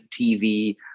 tv